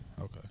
okay